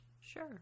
Sure